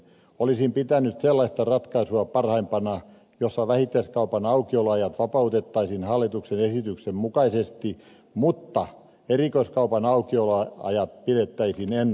olisin pitänyt sellaista ratkaisua parhaimpana jossa päivittäistavarakaupan aukioloajat vapautettaisiin hallituksen esityksen mukaisesti mutta erikoiskaupan aukioloajat pidettäisiin ennallaan